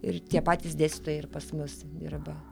ir tie patys dėstytojai ir pas mus dirba